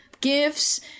gifts